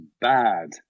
bad